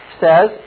says